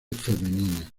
femenina